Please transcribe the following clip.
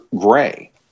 gray